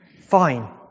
Fine